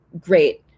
great